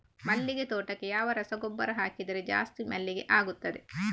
ಮಲ್ಲಿಗೆ ತೋಟಕ್ಕೆ ಯಾವ ರಸಗೊಬ್ಬರ ಹಾಕಿದರೆ ಜಾಸ್ತಿ ಮಲ್ಲಿಗೆ ಆಗುತ್ತದೆ?